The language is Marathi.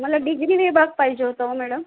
मला डिग्री विभाग पाहिजे होतं ओ मॅडम